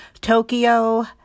tokyo